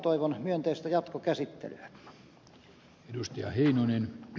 toivon myönteistä jatkokäsittelyä